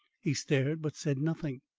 he stared, but said nothing.